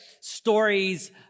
stories